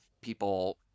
People